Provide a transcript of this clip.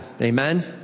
Amen